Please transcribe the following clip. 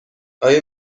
آیا